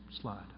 slide